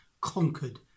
conquered